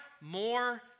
more